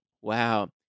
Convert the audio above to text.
wow